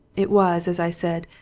it was, as i said,